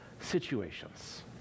situations